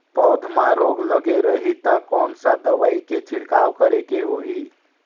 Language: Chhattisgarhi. पौध मां रोग लगे रही ता कोन सा दवाई के छिड़काव करेके होही?